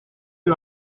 eut